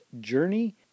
journey